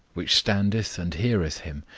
which standeth and heareth him,